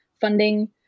funding